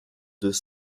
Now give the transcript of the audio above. deux